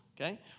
okay